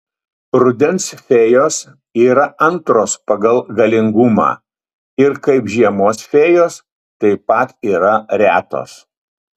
rudens fėjos yra antros pagal galingumą ir kaip žiemos fėjos taip pat yra retos